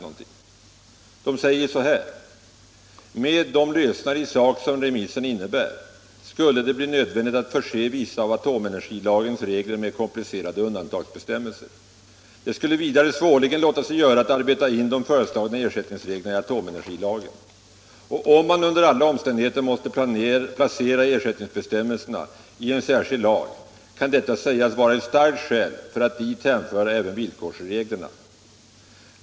Lagrådet säger så här: ”Med de lösningar i sak som remissen innebär skulle det bli nödvändigt att förse vissa av atomenergilagens regler med komplicerade undantagsbestämmelser. Det skulle vidare svårligen låta sig göra att arbeta in de föreslagna ersättningsreglerna i atomenergilagen. Och om man under alla omständigheter måste placera ersättningsbestämmelserna i en särskild lag, kan detta sägas vara ett starkt skäl för att dit hänföra även villkorsreglerna.